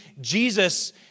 Jesus